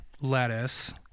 lettuce